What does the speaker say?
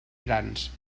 grans